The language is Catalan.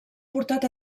portat